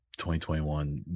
2021